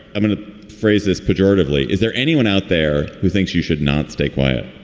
i'm going to phrase this pejoratively. is there anyone out there who thinks you should not stay quiet?